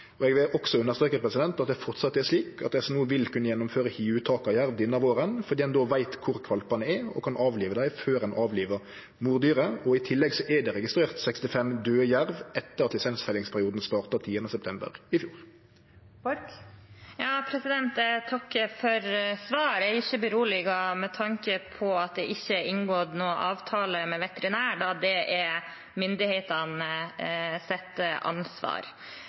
vil også understreke at det framleis er slik at SNO vil kunne gjennomføre hiuttak av jerv denne våren, fordi ein då veit kvar kvalpane er, og kan avlive dei før ein avlivar mordyret. I tillegg er det registrert 65 døde jerv etter at lisensfellingsperioden starta opp 10. september i fjor. Jeg takker for svaret. Jeg er ikke beroliget med tanke på at det ikke er inngått noen avtale med veterinær, da det er myndighetenes ansvar.